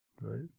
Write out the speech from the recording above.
right